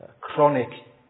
chronic